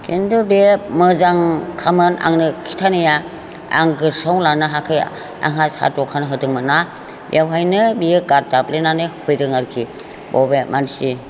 खिन्थु बे मोजां खामोन आंनो खिन्थानाया आं गोसोआव लानो हायाखै आंहा साहा दखान होदोंमोनना बेवहायनो बियो गारदाब्लेनानै होफैदों आरोखि अबे मानसि